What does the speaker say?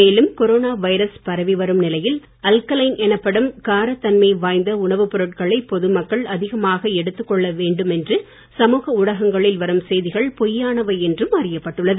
மேலும் corona virus பரவி வரும் நிலையில் அல்கலைன் எனப்படும் அதிக காரத் தன்மை வாய்ந்த உணவு பொருட்களை பொது மக்கள் அதிகமாக எடுத்துக் கொள்ள வேண்டும் என்று சமூக ஊடகங்களில் வரும் அறியப்பட்டுள்ளது